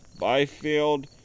Byfield